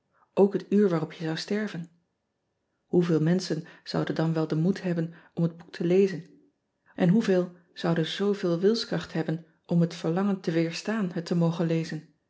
ok het uur waarop je zou sterven oeveel menschen zouden dan wel den moed hebben om het oek te lezen en ean ebster adertje angbeen hoeveel zouden zooveel wilskracht hebben om het verlangen te weerstaan het te mogen lezen